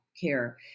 care